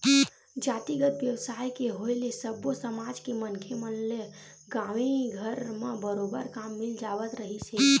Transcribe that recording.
जातिगत बेवसाय के होय ले सब्बो समाज के मनखे मन ल गाँवे घर म बरोबर काम मिल जावत रिहिस हे